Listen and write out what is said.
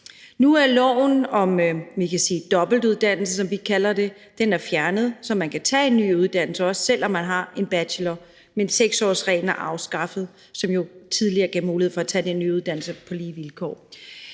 som vi kalder det, fjernet, så man kan tage en ny uddannelse, også selv om man har en bachelor. Men 6-årsreglen, som jo tidligere gav mulighed for at tage den nye uddannelse på lige vilkår,